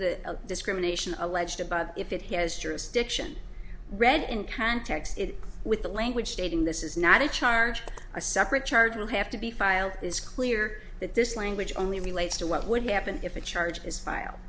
the discrimination alleged about if it has jurisdiction read in context with the language stating this is not a charge a separate charge will have to be filed is clear that this language only relates to what would happen if the charges file